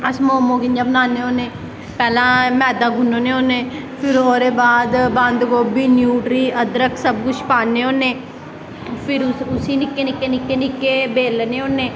अस मोमोस कियां बनान्ने होन्ने पैह्लैं मैद्दा गुन्नने होन्ने फिर ओह्दे बाद बंद गोभी न्यूट्री अदरक सब कुछ पान्ने होन्ने फिर उसी निक्के निक्के निक्के बेलने होन्ने